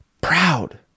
proud